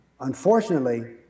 Unfortunately